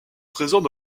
présents